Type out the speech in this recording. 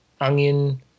onion